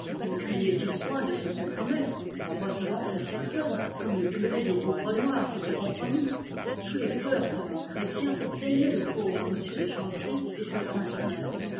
ne craignait-il point de se compromettre en recevant cette personne comme le curé de rouvrenoir s'était compromis tous les cœurs vraiment chrétiens plaignaient m de chanteprie et sa sainte mère